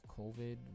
COVID